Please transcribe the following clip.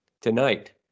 tonight